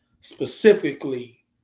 specifically